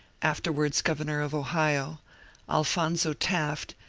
afterwards governor of ohio alphonzo taf t,